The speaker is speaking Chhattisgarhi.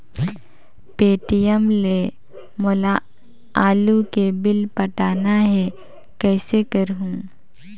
पे.टी.एम ले मोला आलू के बिल पटाना हे, कइसे करहुँ?